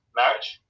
marriage